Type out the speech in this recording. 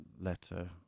letter